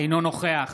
אינו נוכח